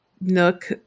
nook